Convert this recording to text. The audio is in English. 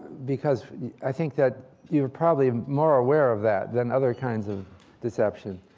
because i think that you are probably more aware of that than other kinds of deception.